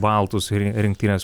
baltus ri rinktinės